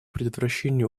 предотвращении